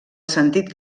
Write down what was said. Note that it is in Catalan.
sentit